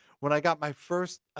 when i got my first,